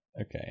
Okay